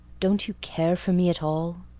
don't you care for me at all?